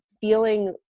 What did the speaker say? feeling